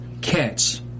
catch